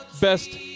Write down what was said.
best